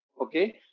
okay